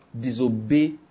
disobey